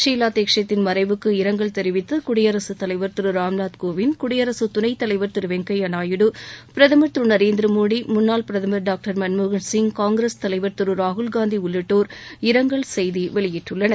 வீலா தீட்சித்தின் மறைவுக்கு இரங்கல் தெரிவித்து குடியரசுத் தலைவர் திரு ராம்நாத்கோவிந்த் குடியரசுத் துணைத் தலைவர் திரு வெங்கைப்யா நாயுடு பிரதமர் திரு நரேந்திரமோடி முன்னாள் பிரதமர் டாக்டர் மன்மோகன் சிங் காங்கிரஸ் தலைவர் திரு ராகுல் காந்தி உள்ளிட்டோர் இரங்கல் செய்தி வெளியிட்டுள்ளனர்